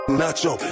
nacho